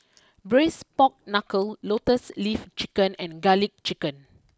Braised Pork Knuckle Lotus leaf Chicken and Garlic Chicken